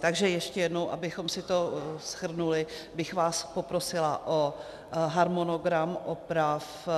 Takže ještě jednou, abychom si to shrnuli, bych vás poprosila o harmonogram oprav